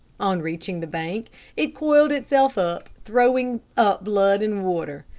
on reaching the bank it coiled itself up, throwing up blood and water.